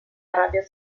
arabia